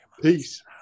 Peace